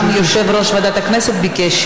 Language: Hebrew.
גם יושב-ראש ועדת הכנסת ביקש.